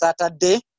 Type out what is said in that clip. Saturday